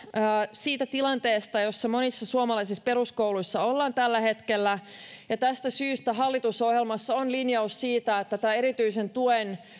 siitä tilanteesta jossa monissa suomalaisissa peruskouluissa ollaan tällä hetkellä tästä syystä hallitusohjelmassa on linjaus siitä että tämän erityisen tuen